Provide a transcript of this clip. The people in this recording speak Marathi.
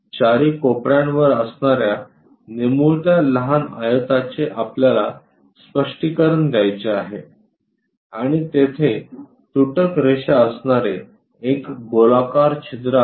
तर चारी कोपऱ्यांवर असणाऱ्या निमुळत्या लहान आयताचे आपल्याला स्पष्टीकरण द्यायचे आहे आणि तेथे तुटक रेषा असणारे एक गोलाकार छिद्र आहे